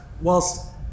whilst